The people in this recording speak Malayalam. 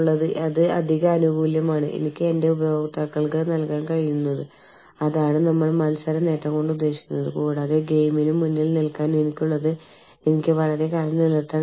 തുടർന്ന് വിപുലീകൃത ബിസിനസ്സ് യാത്രകളിലോ അസൈൻമെന്റുകളിലോ ഏതാനും മാസങ്ങൾ മാത്രം നീണ്ടുനിൽക്കുന്ന ഹ്രസ്വകാല അന്തർദേശീയ അസൈനികളുടെ ട്രാക്ക് സൂക്ഷിക്കുക